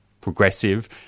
progressive